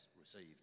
received